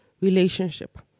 relationship